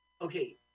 Okay